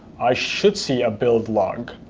i should see a build log.